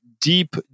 deep